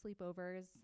sleepovers